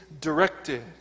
directed